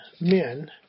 men